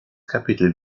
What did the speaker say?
kapitel